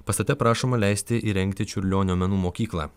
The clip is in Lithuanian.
pastate prašoma leisti įrengti čiurlionio menų mokyklą